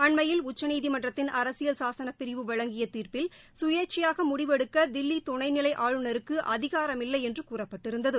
அண்மையில் உச்சநீதிமன்றத்தின் அரசியல் சாசன பிரிவு வழங்கிய தீர்ப்பில் சுயேட்சையாக முடிவு எடுக்க தில்லி துணை நிலை ஆளுநருக்கு அதிகாரமில்லை என்று கூறப்பட்டிருந்தது